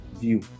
View